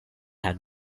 had